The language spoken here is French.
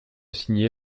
signé